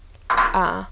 a'ah